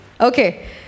Okay